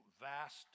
vast